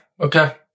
okay